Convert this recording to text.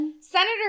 Senator